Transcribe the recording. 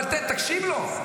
אבל תקשיב לו.